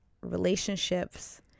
relationships